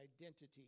identity